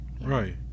right